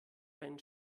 ein